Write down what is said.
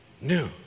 new